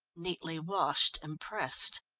neatly washed and pressed.